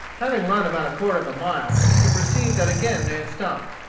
having run about a quarter of a mile, he could perceive that again they had stopped.